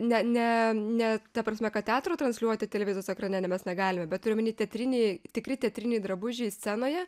ne ne ne ta prasme kad teatro transliuoti televizijos ekrane ne mes negalime bet turiu omeny teatriniai tikri teatriniai drabužiai scenoje